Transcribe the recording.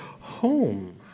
home